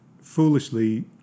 foolishly